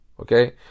Okay